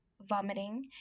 vomiting